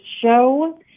show